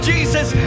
Jesus